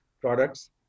products